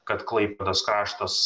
kad klaipėdos kraštas